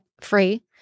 free